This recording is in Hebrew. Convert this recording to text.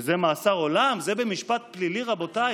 וזה מאסר עולם, זה משפט פלילי, רבותיי,